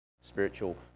spiritual